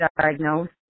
diagnosed